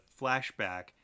flashback